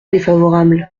défavorable